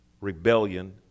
rebellion